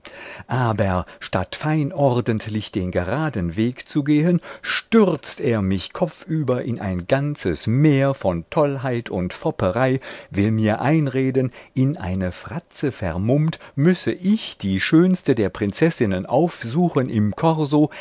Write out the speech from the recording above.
aber statt fein ordentlich den geraden weg zu gehen stürzt er mich kopfüber in ein ganzes meer von tollheit und fopperei will mir einreden in eine fratze vermummt müsse ich die schönste der prinzessinnen aufsuchen im